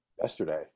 yesterday